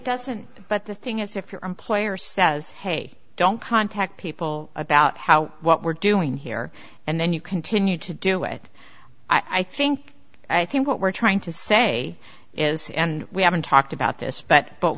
doesn't but the thing is if your employer says hey don't contact people about how what we're doing here and then you continue to do it i think i think what we're trying to say is and we haven't talked about this but but